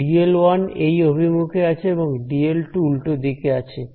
dl1এই অভিমুখে আছে এবং dl2 উল্টো দিকে আছে